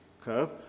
curve